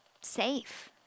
safe